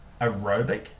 aerobic